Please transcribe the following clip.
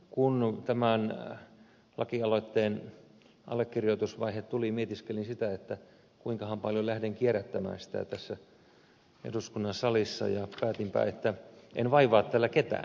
kun tämän laki aloitteen allekirjoitusvaihe tuli mietiskelin sitä kuinkahan paljon lähden kierrättämään sitä tässä eduskunnan salissa ja päätinpä että en vaivaa tällä ketään